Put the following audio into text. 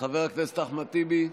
חבר הכנסת אחמד טיבי?